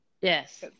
Yes